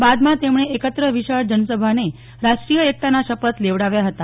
બાદમાં તેમણે એકત્ર વિશાળ જનસભાને રાષ્ટ્રીય એકતાના શપથ લેવડાવ્યા હતા